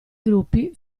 gruppi